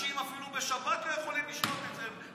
אפילו בשבת אנשים לא יכולים לשתות את זה.